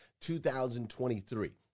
2023